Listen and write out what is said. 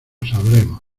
sabremos